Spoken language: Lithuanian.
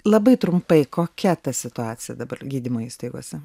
labai trumpai kokia ta situacija dabar gydymo įstaigose